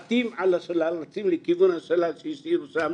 עטים על השלל, רצים לכיוון השלל שהשאירו שם,